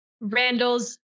Randall's